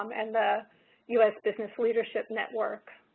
um and the us business leadership network,